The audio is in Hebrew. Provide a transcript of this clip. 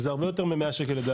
זה הרבה יותר ממאה שקל.